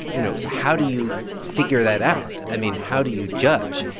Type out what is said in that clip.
you know, so how do you figure that out? i mean, how do you judge?